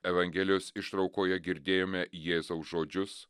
evangelijos ištraukoje girdėjome jėzaus žodžius